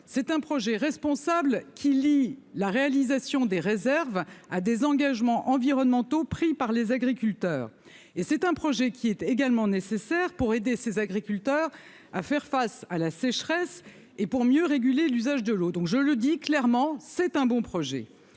c'est un projet responsable qui lie la réalisation des réserves à des engagements environnementaux pris par les agriculteurs et c'est un projet qui est également nécessaire pour aider ses agriculteurs à faire face à la sécheresse et pour mieux réguler l'usage de l'eau, donc je le dis clairement, c'est un bon projet,